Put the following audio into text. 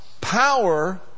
power